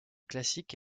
classique